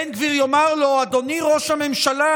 בן גביר יאמר לו: אדוני ראש הממשלה,